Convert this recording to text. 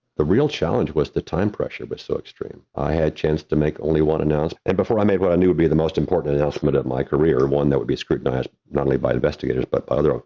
the real challenge was the time pressure was but so extreme, i had chance to make only one announcement and before i made what i knew would be the most important announcement of my career, one that would be scrutinized not only by investigators, but by other,